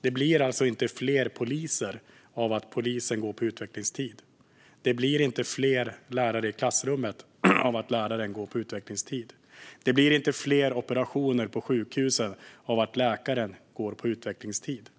Det blir alltså inte fler poliser av att polisen genomgår utvecklingstid. Det blir inte fler lärare i klassrummet av att läraren genomgår utvecklingstid. Det blir inte fler operationer utförda på sjukhus av att läkaren genomgår utvecklingstid.